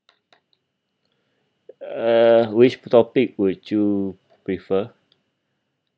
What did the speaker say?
uh which topic would you prefer